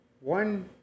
One